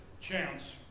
chance